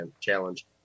challenge